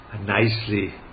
nicely